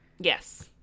yes